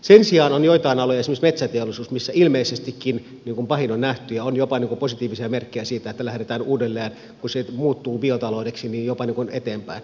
sen sijaan on joitain aloja esimerkiksi metsäteollisuus missä ilmeisestikin pahin on nähty ja on jopa positiivisia merkkejä siitä että lähdetään uudelleen kun se muuttuu biotaloudeksi jopa eteenpäin